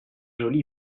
jolie